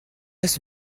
est